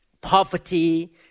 poverty